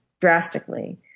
drastically